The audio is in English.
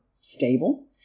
stable